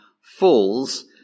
falls